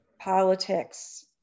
politics